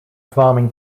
farming